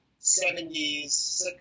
70s